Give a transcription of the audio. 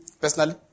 personally